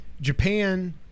Japan